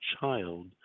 child